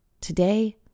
today